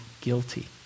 guilty